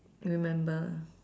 remember